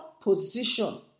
position